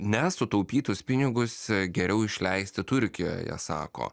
nes sutaupytus pinigus geriau išleisti turkijoj jie sako